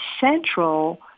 central